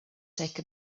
take